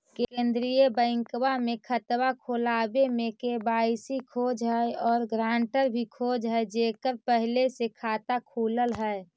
केंद्रीय बैंकवा मे खतवा खोलावे मे के.वाई.सी खोज है और ग्रांटर भी खोज है जेकर पहले से खाता खुलल है?